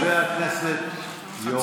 חבר הכנסת אשר.